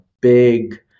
big